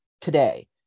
today